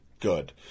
good